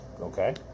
Okay